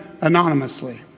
anonymously